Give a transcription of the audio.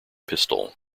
pistol